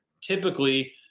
typically